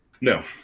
No